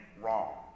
wrong